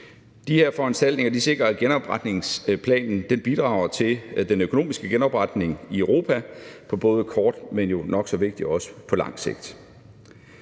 De her foranstaltninger sikrer, at genopretningsplanen bidrager til den økonomiske genopretning i Europa på både kort, men jo nok så vigtigt også på lang sigt.